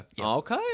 okay